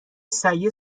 سگه